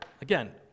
again